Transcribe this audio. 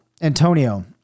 Antonio